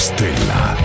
Stella